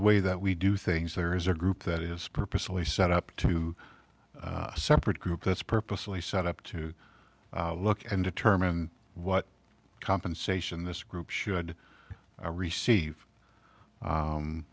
way that we do things there is a group that is purposely set up to a separate group that's purposely set up to look and determine what compensation this group should receive